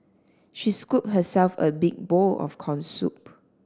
she scooped herself a big bowl of corn soup